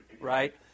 right